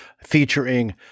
featuring